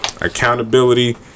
Accountability